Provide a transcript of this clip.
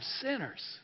sinners